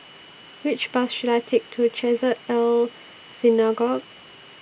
Which Bus should I Take to Chesed El Synagogue